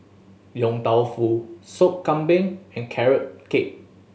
Yong Tau Foo Sop Kambing and Carrot Cake